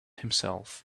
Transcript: himself